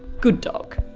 good dog.